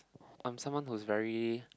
I'm someone who's very